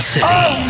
City